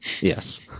Yes